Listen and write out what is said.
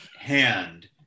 hand